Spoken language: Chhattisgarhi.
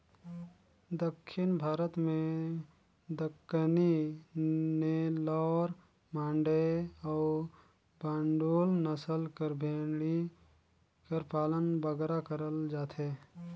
दक्खिन भारत में दक्कनी, नेल्लौर, मांडय अउ बांडुल नसल कर भेंड़ी कर पालन बगरा करल जाथे